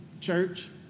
church